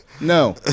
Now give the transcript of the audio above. no